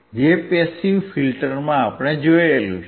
જે પેસીવ ફિલ્ટરમાં આપણે જોયું છે